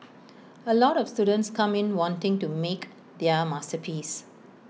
A lot of students come in wanting to make their masterpiece